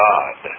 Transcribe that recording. God